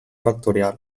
vectorial